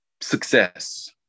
success